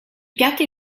piatti